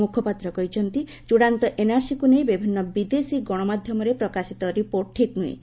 ମୁଖପାତ୍ର ଆହୁରି କହିଛନ୍ତି ଚୂଡ଼ାନ୍ତ ଏନ୍ଆର୍ସିକୁ ନେଇ ବିଭିନ୍ନ ବିଦେଶୀ ଗଣମାଧ୍ୟମରେ ପ୍ରକାଶିତ ରିପୋର୍ଟ ଠିକ୍ ନୁହେଁ